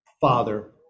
Father